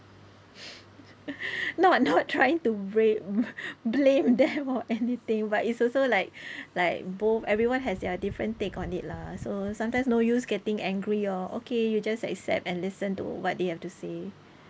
not not trying to blame blame them or anything but it's also like like both everyone has their different take on it lah so sometimes no use getting angry or okay you just accept and listen to what they have to say